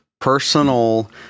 personal